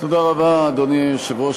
אדוני היושב-ראש,